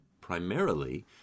primarily